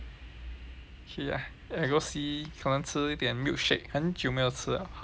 I go will see 可能吃一点 milkshake 很久没有吃了喝了